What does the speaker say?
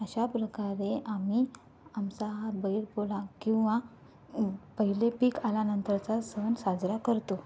अशा प्रकारे आम्ही आमचा हा बैलपोळा किंवा पहिले पीक आल्यानंतरचा सण साजरा करतो